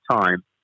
time